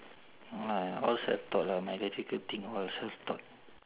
no lah all self taught lah my electrical thing all self taught